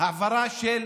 העברה של